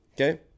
Okay